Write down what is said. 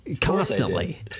Constantly